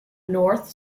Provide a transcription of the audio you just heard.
north